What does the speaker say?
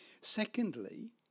Secondly